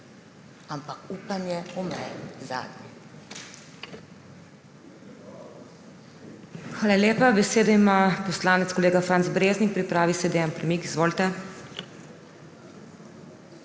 Ampak upanje umre zadnje.